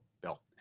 Bill